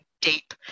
deep